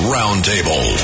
Roundtable